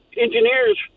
engineers